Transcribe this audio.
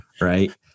Right